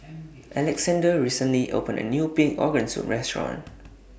Alexandr recently opened A New Pig Organ Soup Restaurant